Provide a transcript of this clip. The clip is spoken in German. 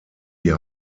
die